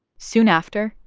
soon after.